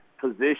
position –